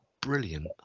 brilliant